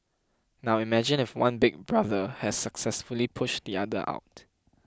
now imagine if one Big Brother has successfully pushed the other out